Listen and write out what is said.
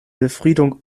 befriedung